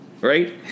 Right